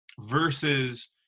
Versus